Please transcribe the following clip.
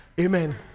Amen